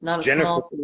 Jennifer